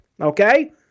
Okay